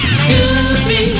scooby